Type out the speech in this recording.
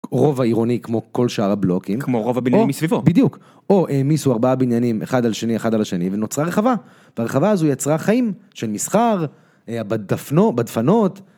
רוב העירוני כמו כל שאר הבלוקים, כמו רוב הבניינים מסביבו, או בדיוק. או העמיסו ארבעה בניינים אחד על שני אחד על השני ונוצרה רחבה. והרחבה הזו יצרה חיים של מסחר בדפנו.. בדפנות.